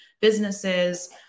businesses